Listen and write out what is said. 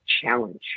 challenge